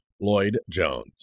Lloyd-Jones